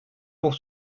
pour